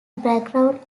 background